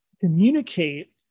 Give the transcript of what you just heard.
communicate